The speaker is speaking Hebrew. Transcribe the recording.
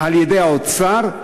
על-ידי האוצר,